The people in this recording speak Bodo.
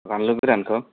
बानलु गोरानखौ